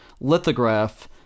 lithograph